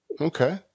Okay